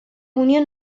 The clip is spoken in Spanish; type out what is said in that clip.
union